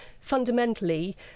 fundamentally